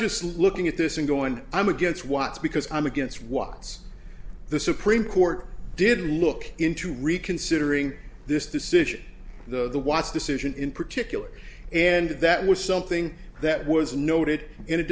just looking at this and going i'm against what's because i'm against what's the supreme court did look into reconsidering this decision the watch decision in particular and that was something that was noted